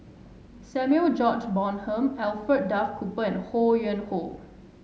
Samuel George Bonham Alfred Duff Cooper and Ho Yuen Hoe